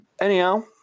anyhow